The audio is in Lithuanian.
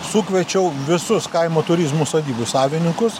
sukviečiau visus kaimo turizmo sodybų savinikus